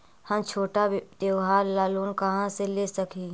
हम छोटा त्योहार ला लोन कहाँ से ले सक ही?